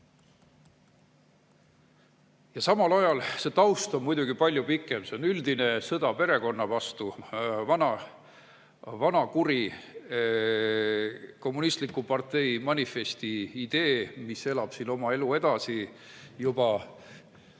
Ja samal ajal see taust on muidugi palju [laiem]. See on üldine sõda perekonna vastu, vana, kuri, "Kommunistliku partei manifesti" idee, mis elab oma elu edasi 21.